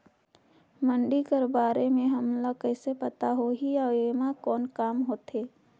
मंडी कर बारे म हमन ला कइसे पता होही अउ एमा कौन काम होथे?